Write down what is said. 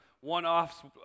one-offs